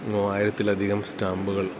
മുവായിരത്തിലധികം സ്റ്റാമ്പുകൾ